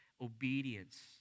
obedience